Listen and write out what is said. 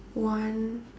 one